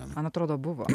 man atrodo buvo